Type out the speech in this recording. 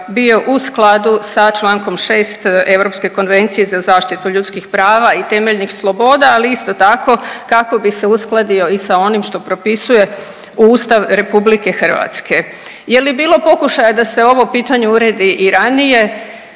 bio u skladu sa Člankom 6. Europske konvencije za zaštitu ljudskih prava i temeljnih sloboda, ali isto tako kako bi se uskladio i sa onim što propisuje Ustav RH. Je li bilo pokušaja da se ovo pitanje uredi i ranije?